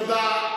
תודה.